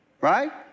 Right